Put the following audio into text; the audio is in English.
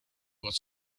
was